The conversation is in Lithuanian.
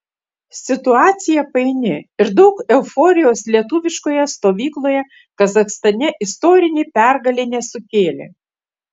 situacija paini ir daug euforijos lietuviškoje stovykloje kazachstane istorinė pergalė nesukėlė